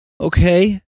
okay